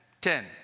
Ten